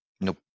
nope